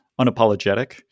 unapologetic